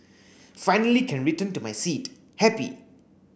finally can return to my seat happy